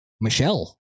Michelle